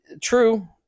True